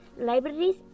Libraries